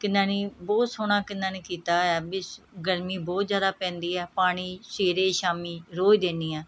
ਕਿੰਨਾ ਨਹੀਂ ਬਹੁਤ ਸੋਹਣਾ ਕਿੰਨਾ ਨਹੀਂ ਕੀਤਾ ਹੋਇਆ ਵੀ ਸ ਗਰਮੀ ਬਹੁਤ ਜ਼ਿਆਦਾ ਪੈਂਦੀ ਹੈ ਪਾਣੀ ਸਵੇਰ ਸ਼ਾਮ ਰੋਜ਼ ਦਿੰਦੀ ਹਾਂ